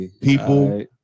people